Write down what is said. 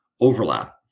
overlap